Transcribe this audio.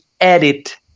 edit